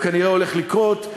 הוא כנראה הולך לקרות,